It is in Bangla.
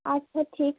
আচ্ছা ঠিক